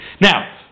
now